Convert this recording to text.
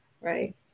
right